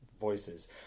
voices